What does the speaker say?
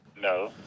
No